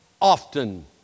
often